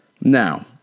Now